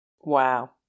Wow